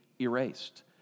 erased